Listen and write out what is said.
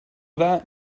that